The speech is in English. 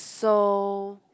so